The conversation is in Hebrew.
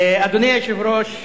אדוני היושב-ראש,